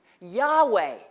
Yahweh